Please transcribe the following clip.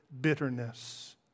bitterness